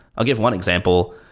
i'll give one example,